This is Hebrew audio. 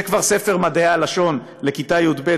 זה כבר ספר מדעי הלשון לכיתה י"ב,